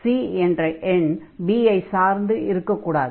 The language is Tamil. C என்ற எண் b ஐச் சார்ந்து இருக்கக்கூடாது